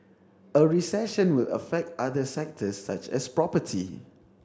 a recession will affect other sectors such as property